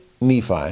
Nephi